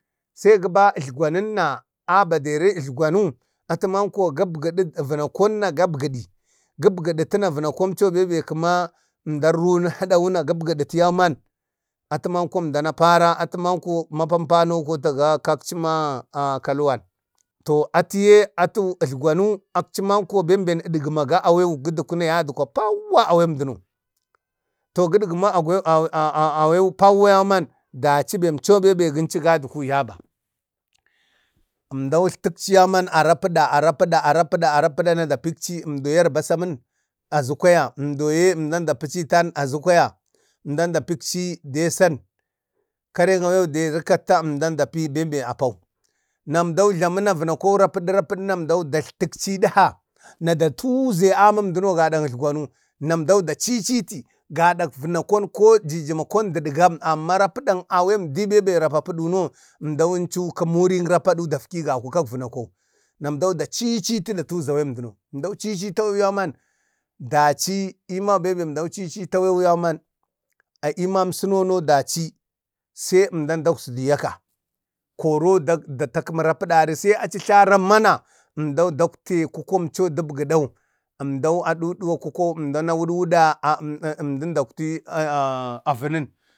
sai guba etlgwanuna a badari etlgwanu atu manko gapbidi vanakon cona gabbidi tuna vanakoco bemba ma əmdau runu na hudawua gabbiditiyauman atu manko mapompono kotu manko ma kakci ma a kalwan, to atuye atu ejlagwan ejlagwanu akci mako bembeni dumaga awaiwu gudkwu pauwa awen duno to keguma aa a aweyyupauwa yauman daci bamco bebe guncu gadgwi yaba, emdau etlatikci yau caman arapua arapuda arapu yau man emda da pikci eduwi arbasanin a zu kwaya emdoye emda dapici citan azukwaya emdan da pikcidesan karan awen de riketta emda pi bembe akunu nam emdau jlamina vanakau rapudu rapadu rapaduna emdan datlatici dikha na da tuzay aminun emduno gadan ejlagwanu namdak da ciciti gadak vanakon em ko jijimik ko emdidgam amma rapudak awen di bebe rapapuduno emdau emcu ta mirik rapuda dafki gaku kak vunakau nam emdau da ciciti da tuza awen duno cicitau yau man daci yiman bembe emdau cicitu awenyun a emamso tu nono daci se emdan dakzidiyaka koro dak dak da takera mari rapidari sae aci jla rammana emdau taktai kukon co dakbudau da duduwa kukau emdanna watwuda emdani daktatai avunin